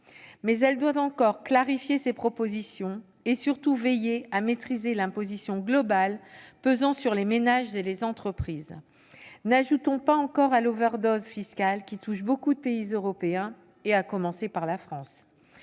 Mais elle doit encore clarifier ses propositions et, surtout, veiller à maîtriser l'imposition globale pesant sur les ménages et les entreprises. N'ajoutons pas encore à l'overdose fiscale qui touche beaucoup de pays européens, à commencer par la France.